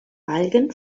algen